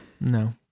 No